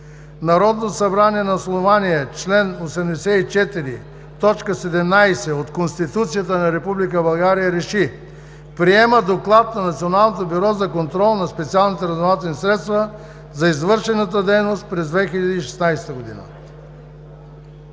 Народното събрание на основание чл. 84, т. 17 от Конституцията на Република България РЕШИ: Приема доклад на Националното бюро за контрол на специалните разузнавателни средства за извършената дейност през 2016 г.“